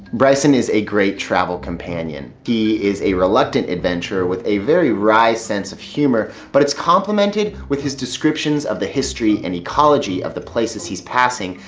bryrson is a great travel companion. he is a reluctant adventurer with a very rye sense of humor but complemented with his descriptions of the history and ecology of the places he's passing,